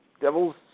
Devils